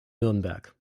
nürnberg